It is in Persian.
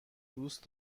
دوست